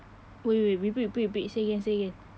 wait wait repeat repeat repeat say again say again